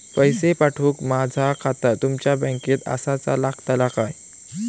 पैसे पाठुक माझा खाता तुमच्या बँकेत आसाचा लागताला काय?